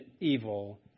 evil